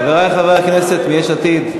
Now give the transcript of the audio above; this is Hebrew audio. חברי חברי הכנסת מיש עתיד,